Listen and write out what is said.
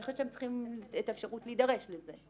אני חושבת שאתם צריכים את האפשרות להידרש לזה.